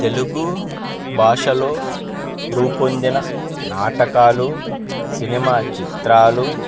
తెలుగు భాషలో రూపొందిన నాటకాలు సినిమా చిత్రాలు